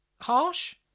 harsh